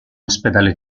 ospedale